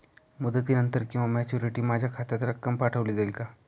मुदतीनंतर किंवा मॅच्युरिटी माझ्या खात्यात रक्कम पाठवली जाईल का?